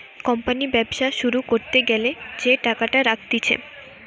company ব্যবসা শুরু করতে গ্যালা যে টাকাটা রাখতিছে